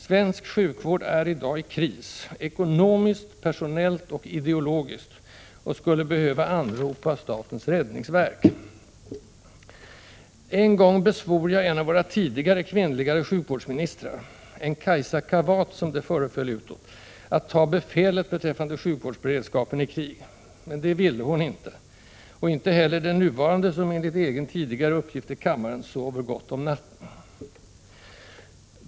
Svensk sjukvård är i dag i kris — ekonomiskt, personellt och ideologiskt — och skulle behöva anropa statens räddningsverk. En gång besvor jag en av våra tidigare kvinnliga sjukvårdsministrar — en Kajsa Kavat, som det föreföll utåt — att ”ta befälet” beträffande sjukvårdsbe — Prot. 1986/87:127 redskapen i krig. Men det ville hon inte, och inte heller den nuvarande, som 20 maj 1987 enligt egen tidigare uppgift till kammaren sover gott om natten.